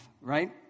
right